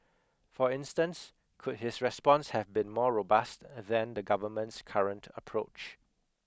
for instance could his response have been more robust than the government's current approach